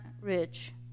rich